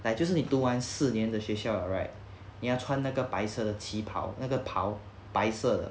like 就是你读完四年的学校 right 你要穿那个白色的旗袍那袍白色的